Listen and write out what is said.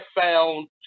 found